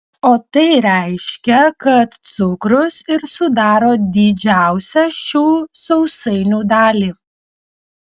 o tai reiškia kad cukrus ir sudaro didžiausią šių sausainių dalį